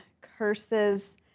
curses